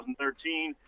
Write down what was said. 2013